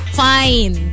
fine